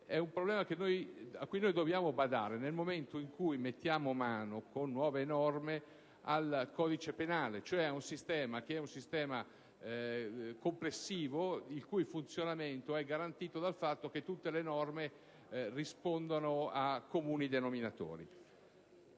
un problema cui dobbiamo badare nel momento in cui mettiamo mano, con nuove norme, al codice penale, vale a dire ad un sistema complessivo il cui funzionamento è garantito dal fatto che tutte le norme rispondano a comuni denominatori.